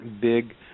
big